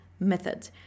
Method